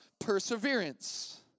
perseverance